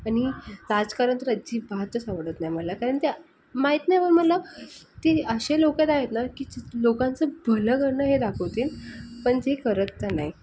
आणि राजकारण तर अजिबातच आवडत नाही मला कारण त्या माहीत नाही पण मला ती असे लोकात आहेत ना की जी लोकांचं भलं करणं हे दाखवतील पण ते करत तर नाही